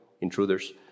intruders